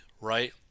right